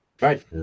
Right